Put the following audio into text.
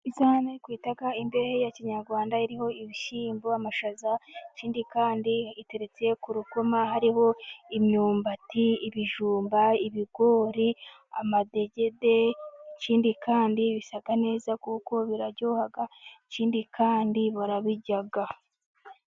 Isahani twita imbehe ya kinyarwanda iriho ibishyimbo, amashaza, ikindi kandi iteretse ku rukoma hariho imyumbati, ibijumba, ibigori, amadegede, ikindi kandi bisa neza kuko biraryoha, ikindi kandi barabirya.